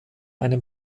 einem